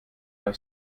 der